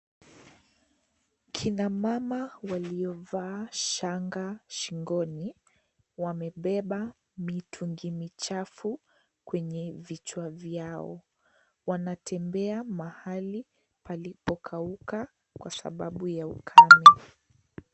Kina mama walio vaa shanga shingoni, wamebeba mitungi michafu kwenye vichwa vyao, Wanatembea mahali palipo kauka kwa sababu ya ukame.